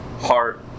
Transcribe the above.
heart